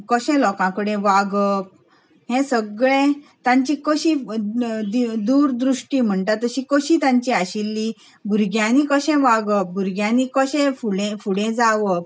कशें लोकां कडेन वागप हे सगळें तांची कशीं अ द द दूर दृश्टी म्हणटा ती कशी तांची आशिल्ली भुरग्यांनी कशें वागप भुरग्यांनी कशें फुले फुडें जावप